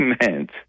meant